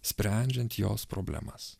sprendžiant jos problemas